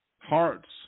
hearts